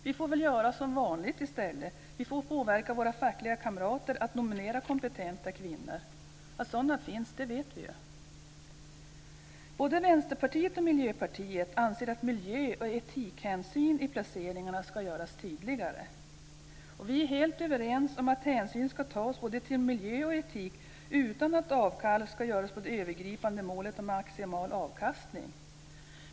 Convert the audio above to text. Vi får väl i stället göra som vanligt, nämligen påverka våra fackliga kamrater att nominera kompetenta kvinnor. Att sådana finns vet vi ju. Både Vänsterpartiet och Miljöpartiet anser att miljö och etikhänsynen i placeringarna bör göras tydligare. Vi är helt överens om att hänsyn ska tas till både miljö och etik utan att det ska göras avkall på det övergripande målet om maximal avkastning.